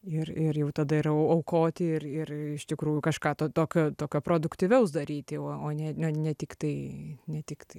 ir ir jau tada yra aukoti ir ir iš tikrųjų kažką tokio tokio produktyvaus daryti o o ne ne tiktai ne tik tai